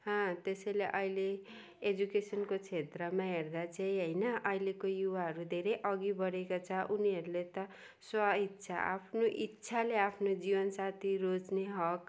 हा त्यसैले अहिले एजुकेसनको क्षेत्रमा हेर्दा चाहिँ होइन अहिलेको युवाहरू धेरै अघि बढेको छ उनीहरूले त स्वइच्छा आफ्नो इच्छाले आफ्नो जीवन साथी रोज्ने हक